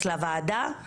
שמתייחס לוועדה,